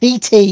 PT